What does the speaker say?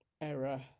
error